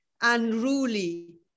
unruly